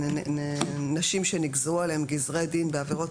נשים שנגזרו עליהן גזרי דין בעבירות